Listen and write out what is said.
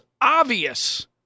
obvious